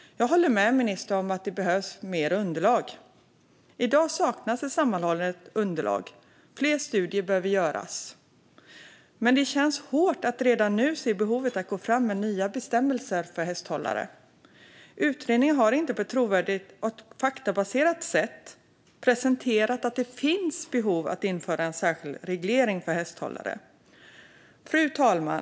Jag håller med ministern om att det behövs mer underlag. I dag saknas ett sammanhållet underlag. Fler studier behöver göras. Men det känns hårt att redan nu se behovet av att gå fram med nya bestämmelser för hästhållare. Utredningen har inte på ett trovärdigt och faktabaserat sätt presenterat att det finns behov av att införa en särskild reglering för hästhållare. Fru talman!